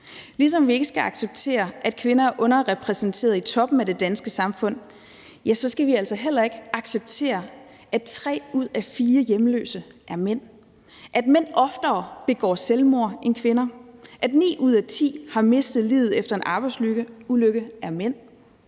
Ligesom vi ikke skal acceptere, at kvinder er underrepræsenteret i toppen af det danske samfund, skal vi altså heller ikke acceptere, at tre ud af fire hjemløse er mænd; at mænd oftere begår selvmord end kvinder; at ni ud af ti, der har mistet livet efter en arbejdsulykke, er mænd;